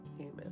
Amen